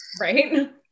Right